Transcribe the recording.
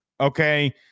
okay